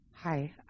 Hi